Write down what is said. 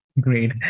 Great